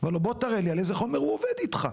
אומר לו בוא תראה לי על איזה חומר הוא עובד איתך.